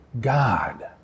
God